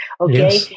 Okay